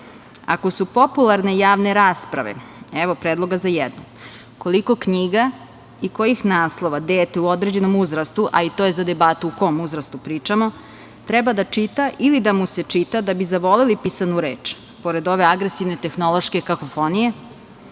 su popularne javne rasprave, evo predloga za jednu. Koliko knjiga i kojih naslova dete u određenom uzrastu, a i to je za debatu o kom uzrastu pričamo, treba da čita ili da mu se čita da bi zavoleli pisanu reč, pored ove agresivne tehnološke kakofonije?